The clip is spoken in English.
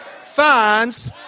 Finds